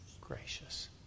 gracious